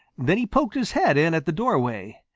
then he poked his head in at the doorway.